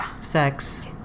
sex